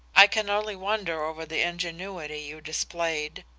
i can only wonder over the ingenuity you displayed,